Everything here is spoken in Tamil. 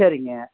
சரிங்க